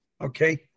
okay